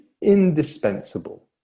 indispensable